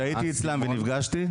שהייתי אצלם ונפגשתי איתם.